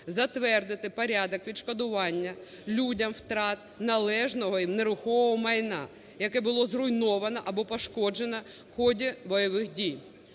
затвердити порядок відшкодування людям втрат належного їм нерухомого майна, яке було зруйноване або пошкоджене в ході бойових дій.